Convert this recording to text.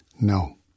No